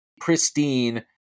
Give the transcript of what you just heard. pristine